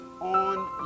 on